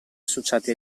associati